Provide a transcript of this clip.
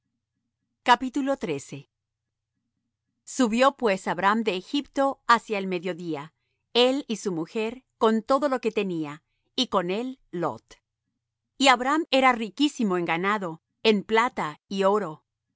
subio pues abram de egipto hacia el mediodía él y su mujer con todo lo que tenía y con él lot y abram era riquísimo en ganado en plata y oro y